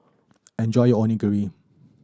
enjoy your Onigiri